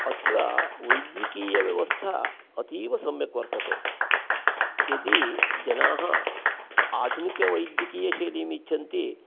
अत्र वैद्यिकीयव्यवस्था अतीवसम्यक् वर्तते यदि जनाः आधुनिकवैद्यिकीयशैलीम् इच्छन्ति